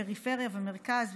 פריפריה ומרכז,